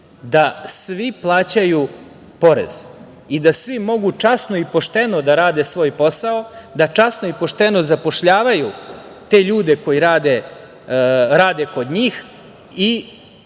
da svi plaćaju porez i da svi mogu časno i pošteno da rade svoj posao, da časno i pošteno zapošljavaju te ljude koji rade kod njih i